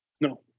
No